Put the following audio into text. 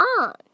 on